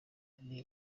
indi